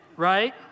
Right